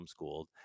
homeschooled